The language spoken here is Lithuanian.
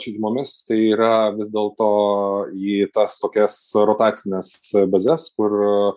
šeimomis tai yra vis dėl to į tas tokias rotacines bazes kur